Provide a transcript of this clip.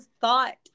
thought